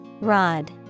Rod